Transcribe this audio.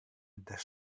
distance